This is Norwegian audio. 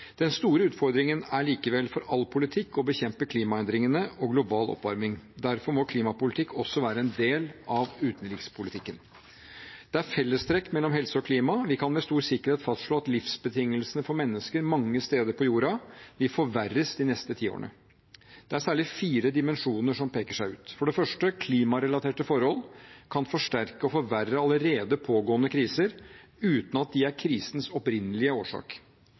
Den store utfordringen er likevel for all politikk å bekjempe klimaendringene og global oppvarming. Derfor må klimapolitikk også være en del av utenrikspolitikken. Det er fellestrekk mellom helse og klima. Vi kan med stor sikkerhet fastslå at livsbetingelsene for mennesker mange steder på jorda vil forverres de neste ti årene. Det er særlig fire dimensjoner som peker seg ut. For det første: Klimarelaterte forhold kan forsterke og forverre allerede pågående kriser uten at de er krisens opprinnelige årsak.